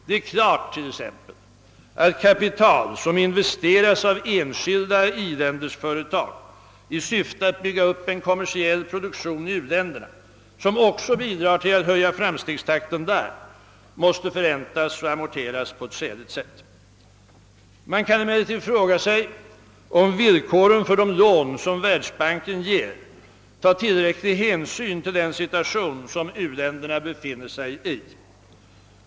— Det är t.ex. klart att kapital som investeras av enskilda i-länders företag i syfte att bygga upp en kommersiell produktion i u-länderna — som också bidrar till att höja framstegstakten där — måste förräntas och amorteras på ett skäligt sätt. Man kan emellertid fråga sig, om villkoren för de lån som Världsbanken ger tar tillräcklig hänsyn till den situation som u-länderna befinner sig i.